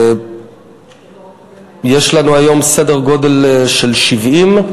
יש לנו היום סדר-גודל של 70,